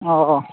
ꯑꯣ